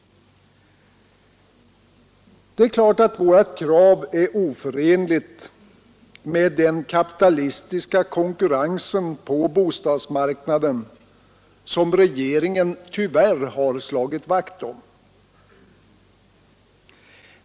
Det är klart att vårt krav är oförenligt med den kapitalistiska konkurrensen på bostadsmarknaden, som regeringen tyvärr slagit vakt om.